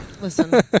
listen